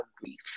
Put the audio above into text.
grief